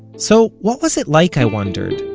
so what was it like, i wondered,